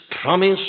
promise